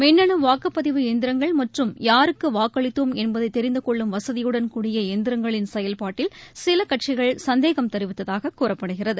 மின்னணு வாக்குப்பதிவு எந்திரங்கள் மற்றும் யாருக்கு வாக்களித்தோம் என்பதை தெரிந்து கொள்ளும் வசதிவுடன் கூடிய எந்திரங்களின் செயல்பாட்டில் சில கட்சிகள் சந்தேகம் தெரிவித்ததாக கூறப்படுகிறது